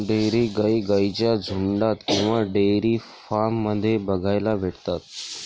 dairy गाई गाईंच्या झुन्डात किंवा डेयरी फार्म मध्ये बघायला भेटतात